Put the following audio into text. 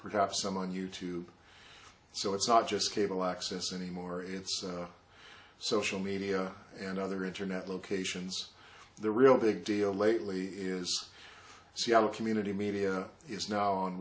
perhaps some on you tube so it's not just cable access anymore it's social media and other internet locations the real big deal lately is seattle community media is now on